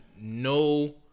no